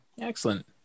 Excellent